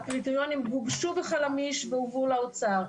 הקריטריונים גובשו בחלמיש והובאו לאוצר.